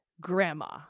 grandma